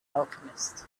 alchemist